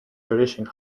tradition